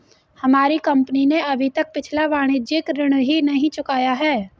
हमारी कंपनी ने अभी तक पिछला वाणिज्यिक ऋण ही नहीं चुकाया है